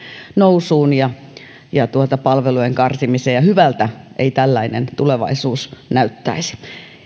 nousuun ja ja palvelujen karsimiseen ja hyvältä ei tällainen tulevaisuus näyttäisi